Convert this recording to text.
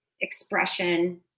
expression